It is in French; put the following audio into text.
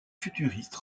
futuriste